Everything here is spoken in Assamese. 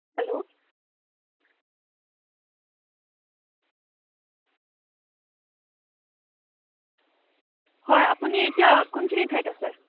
হেল্ল' হয় আপুনি এতিয়া কোনখিনি ঠাইত আছে